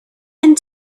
and